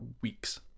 weeks